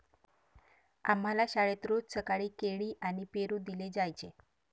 आम्हाला शाळेत रोज सकाळी केळी आणि पेरू दिले जायचे